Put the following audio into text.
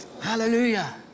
Hallelujah